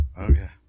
Okay